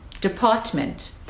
department